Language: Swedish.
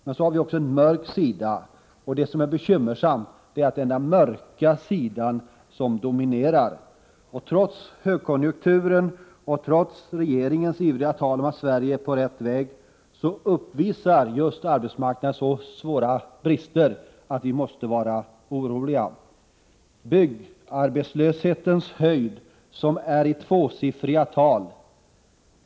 Men så har den också en mörk sida, och det bekymmersamma är att det är den mörka sidan som dominerar. Trots högkonjunkturen och trots regeringens ivriga tal om att Sverige är på rätt väg uppvisar just arbetsmarknaden så svåra brister att man måste bli orolig. Byggarbetslösheten beskrivs i tvåsiffriga tal.